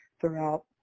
throughout